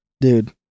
Dude